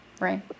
right